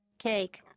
cake